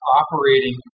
operating